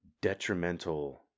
detrimental